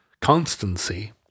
constancy